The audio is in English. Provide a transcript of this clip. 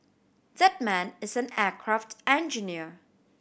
that man is an aircraft engineer